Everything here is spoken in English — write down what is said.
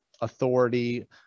authority